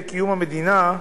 הממשלה מסכימה,